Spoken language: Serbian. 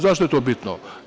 Zašto je to bitno?